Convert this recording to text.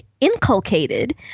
inculcated